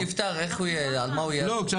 אם הוא נפטר, על מה הוא יהיה אזוק?